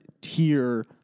tier